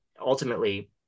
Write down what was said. ultimately